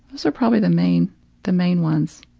so probably the main the main ones.